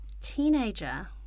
teenager